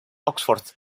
oxford